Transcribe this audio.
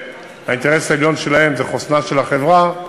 שהאינטרס העליון שלהם זה חוסנה של החברה,